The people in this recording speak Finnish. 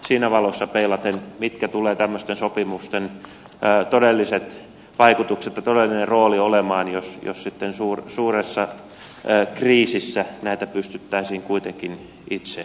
siinä valossa peilaten mietin mitkä tulevat tämmöisten sopimusten todelliset vaikutukset ja todellinen rooli olemaan jos sitten suuressa kriisissä näitä pystyttäisiin kuitenkin itse valmistamaan